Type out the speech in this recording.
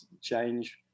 change